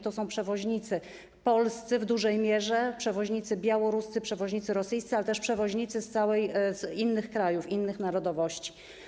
To są przewoźnicy polscy w dużej mierze, przewoźnicy białoruscy, przewoźnicy rosyjscy, ale też przewoźnicy z innych krajów, innych narodowości.